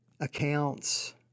accounts